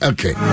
Okay